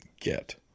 get